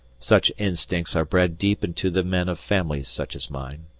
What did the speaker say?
such instincts are bred deep into the men of families such as mine.